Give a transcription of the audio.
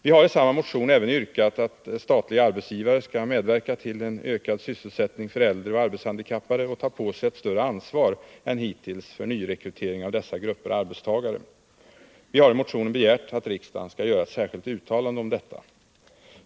Vi har i samma motion även yrkat att statliga arbetsgivare skall medverka till en ökad sysselsättning för äldre och arbetshandikappade och ta på sig ett större ansvar än hittills för nyrekrytering av dessa grupper arbetstagare. Vi har i motionen begärt att riksdagen skall göra ett särskilt uttalande härom.